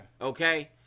Okay